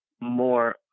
more